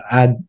add